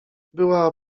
była